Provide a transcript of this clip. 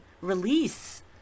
release